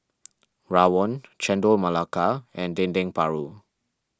Rawon Chendol Melaka and Dendeng Paru